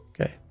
Okay